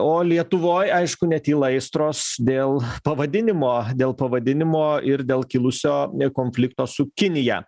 o lietuvoj aišku netyla aistros dėl pavadinimo dėl pavadinimo ir dėl kilusio konflikto su kinija